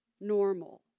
normal